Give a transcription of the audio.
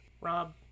Rob